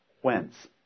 Whence